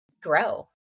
grow